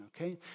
okay